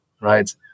right